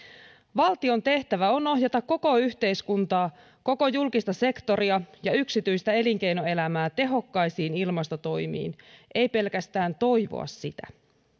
valtion tehtävä on ohjata koko yhteiskuntaa koko julkista sektoria ja yksityistä elinkeinoelämää tehokkaisiin ilmastotoimiin ei pelkästään toivoa sitä